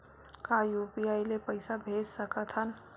का यू.पी.आई ले पईसा भेज सकत हन?